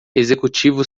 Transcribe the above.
executivo